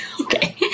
okay